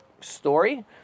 story